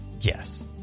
Yes